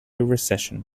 recession